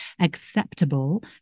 acceptable